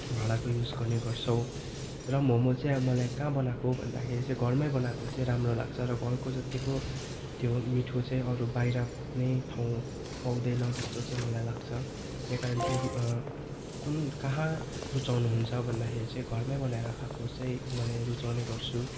भाँडाको युज गर्ने गर्छौँ र मोमो चाहिँ अब मलाई कहाँ बनाएको भन्दाखेरि चाहिँ घरमै बनाएको चाहिँ राम्रो लाग्छ र घरको जतिको त्यो मिठो चाहिँ अरू बाइरको कुनै ठाउँ पाउँदैन जस्तो चाहिँ मलाई लाग्छ त्यही कारण चाहिँ कुन काहाँ रुचाउनु हुन्छ भन्दाखेरि चाहिँ घरमै बनाएर खाएको चाहिँ मलाई रुचाउने गर्छु